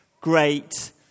great